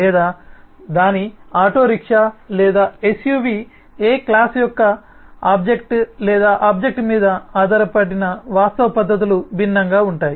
లేదా దాని auto rickshaw లేదా suv ఏక్లాస్ యొక్క ఆబ్జెక్ట్ లేదా ఆబ్జెక్ట్ మీద ఆధారపడి వాస్తవ పద్ధతులు భిన్నంగా ఉంటాయి